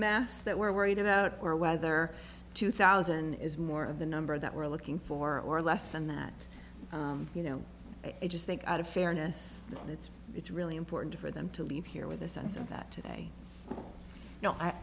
mass that we're worried about or whether two thousand is more of the number that we're looking for or less than that you know i just think out of fairness it's it's really important for them to leave here with a sense of that today you know i